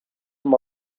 him